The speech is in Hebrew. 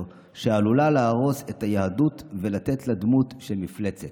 שעלולה להרוס את היהדות ולתת לה דמות של מפלצת".